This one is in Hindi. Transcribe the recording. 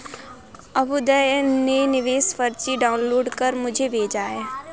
अभ्युदय ने निवेश पर्ची डाउनलोड कर मुझें भेजा